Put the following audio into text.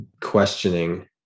questioning